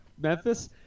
Memphis